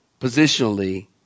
positionally